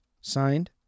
Signed